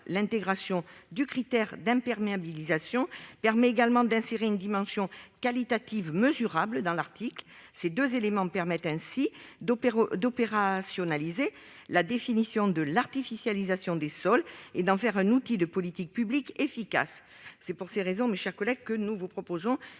la définition du critère d'imperméabilisation permet également d'insérer une dimension qualitative mesurable dans l'article. Ces deux éléments permettent ainsi d'opérationnaliser la définition de l'artificialisation des sols et d'en faire un outil de politique publique efficace. Les trois amendements suivants sont